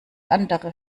andere